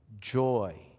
joy